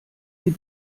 die